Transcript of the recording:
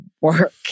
work